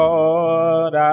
Lord